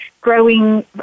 Growing